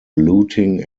looting